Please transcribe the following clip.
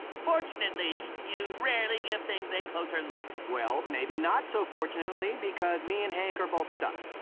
fortunately, you rarely give things a closer look. well, maybe not so fortunately because me and hank are both stuck.